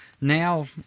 Now